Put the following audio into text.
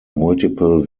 multiple